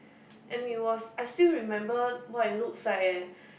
and it was I still remember what it looks like eh